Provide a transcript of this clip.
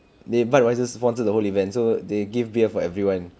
they budweiser sponsor the whole event so they give beer for everyone